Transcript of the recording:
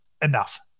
Enough